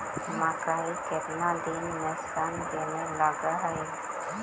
मकइ केतना दिन में शन देने लग है?